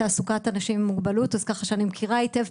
אני עוסקת בתעסוקת אנשים עם מוגבלות אז ככה שאני מכירה היטב.